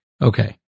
okay